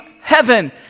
heaven